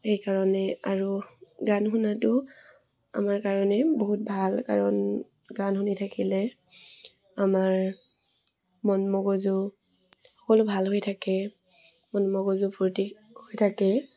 সেইকাৰণে আৰু গান শুনাটো আমাৰ কাৰণে বহুত ভাল কাৰণ গান শুনি থাকিলে আমাৰ মন মগজু সকলো ভাল হৈ থাকে মন মগজু ফূৰ্তি হৈ থাকে